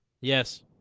Yes